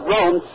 Rome